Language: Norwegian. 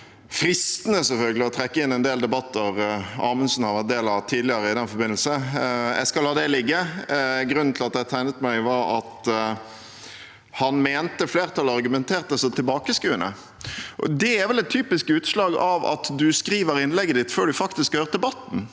å trekke inn en del debatter Amundsen har vært en del av tidligere i den forbindelse. Jeg skal la det ligge. Grunnen til at jeg tegnet meg, var at han mente flertallet argumenterte så tilbakeskuende. Det er vel et typisk utslag av at han skriver innlegget sitt før han faktisk har hørt debatten.